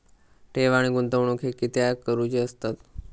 ठेव आणि गुंतवणूक हे कित्याक करुचे असतत?